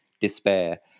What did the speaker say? despair